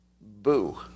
Boo